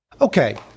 Okay